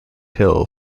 hill